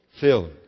filled